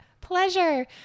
pleasure